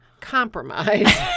compromise